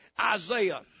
Isaiah